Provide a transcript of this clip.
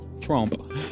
Trump